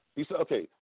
okay